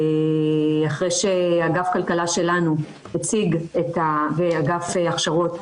אחרי שאגף הכלכלה שלנו ואגף ההכשרות הציג את זה.